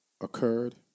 occurred